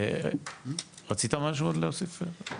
רצית משהו עוד להוסיף?